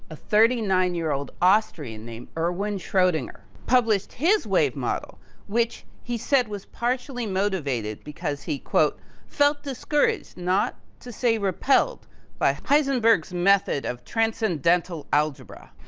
a thirty nine year old austrian named erwin schrodinger published his wave model which he said was partially motivated because he felt discouraged not to say repelled by heisenberg's method of transcendental algebra.